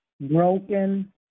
broken